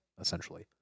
essentially